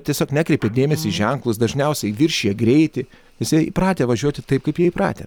tiesiog nekreipia dėmesį į ženklus dažniausiai viršija greitį visi įpratę važiuoti taip kaip jie įpratę